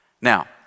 Now